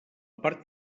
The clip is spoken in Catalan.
part